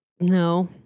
No